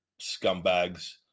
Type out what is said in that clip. scumbags